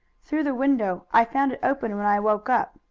through the window. i found it open when i woke up.